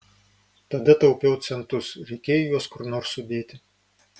tada taupiau centus reikėjo juos kur nors sudėti